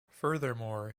furthermore